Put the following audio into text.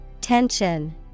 Tension